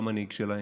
כמנהיג שלהם: